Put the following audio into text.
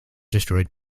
destroyed